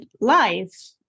life